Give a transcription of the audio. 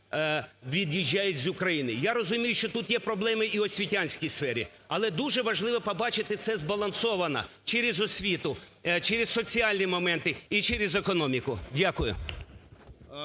від'їжджають з України. Я розумію, що тут є проблеми і в освітянській сфері, але дуже важливо побачити це збалансовано через освіту, через соціальні моменти і через економіку. Дякую.